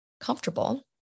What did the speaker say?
comfortable